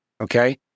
okay